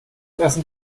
essen